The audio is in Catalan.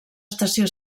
estació